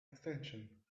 extension